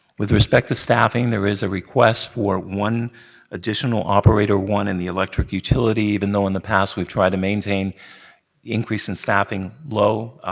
with respect to staffing, there is a request for one additional operator one in the electric utility, even though in the past we've tried to maintain increase in staffing low.